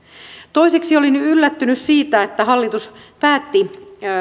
toiseksi olin yllättynyt siitä että hallitus päätti